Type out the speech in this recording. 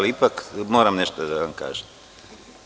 Ipak moram nešto da vam kažem.